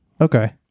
Okay